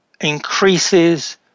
increases